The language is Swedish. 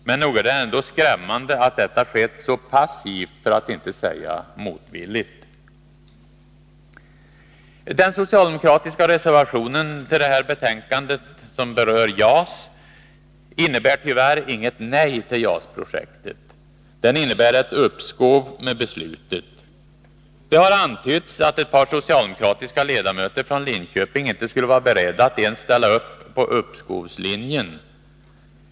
Men nog är det skrämmande att detta skett så passivt, för att inte säga motvilligt. Den socialdemokratiska reservationen om JAS innebär tyvärr inget nej till JAS-projektet. Den innebär ett uppskov med beslutet. Det har antytts att ett par socialdemokratiska ledamöter från Linköping inte skulle vara beredda att ens ställa upp på uppskovslinjen.